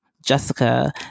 Jessica